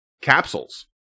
capsules